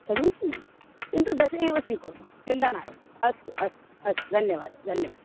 समीचीनं किन्तु दश एव स्वीकुर्मः चिन्ता नास्ति अस्तु अस्तु अस्तु धन्यवादः धन्यवादः